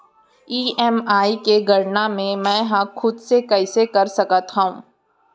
EMI के गड़ना मैं हा खुद से कइसे कर सकत हव?